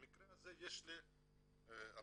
במקרה הזה יש לי, רבותי,